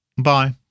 Bye